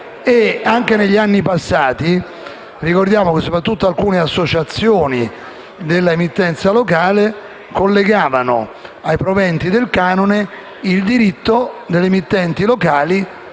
Anche negli anni passati ricordiamo che soprattutto alcune associazioni dell'emittenza locale collegavano ai proventi del canone il diritto delle emittenti locali